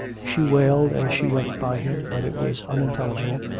she wailed as she went by him, but it was unintelli gible,